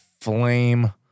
flame